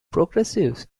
progressives